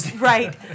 Right